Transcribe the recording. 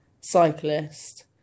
cyclist